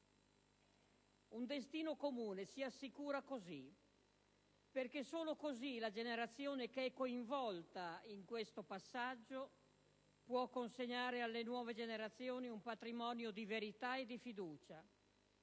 Un destino comune si assicura così perché solo così la generazione che è coinvolta in questo passaggio può consegnare alle nuove generazioni un patrimonio di verità e di fiducia,